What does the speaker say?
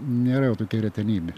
nėra jau tokia retenybė